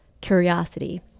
curiosity